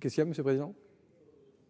Qu'est-ce qu'il y a Monsieur Président.